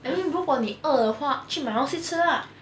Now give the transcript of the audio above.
but then 如果你饿的话去买东西吃 lah